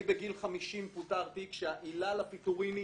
אני בגיל 50 פוטרתי כשהעילה לפיטורים היא